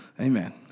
Amen